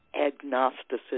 agnosticism